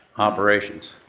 operations?